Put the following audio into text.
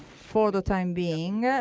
for the time being,